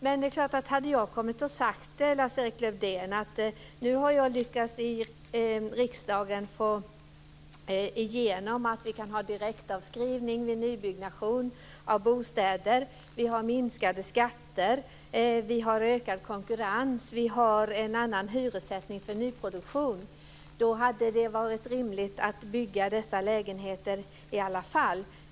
Men hade jag kommit och sagt, Lars-Erik Lövdén att nu har jag i riksdagen lyckats få igenom att vi kan ha direktavskrivning vid nybyggnation av bostäder, vi har minskade skatter, vi har ökad konkurrens och vi har en annan hyressättning för nyproduktion; då hade det varit rimligt att bygga dessa lägenheter i alla fall.